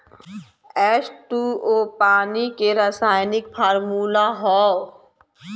H two O पानी के रासायनिक फार्मूला हौ